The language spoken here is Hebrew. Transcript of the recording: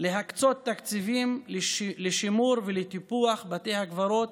להקצות תקציבים לשימור ולטיפוח בתי הקברות